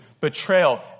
betrayal